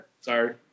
Sorry